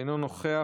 אינו נוכח.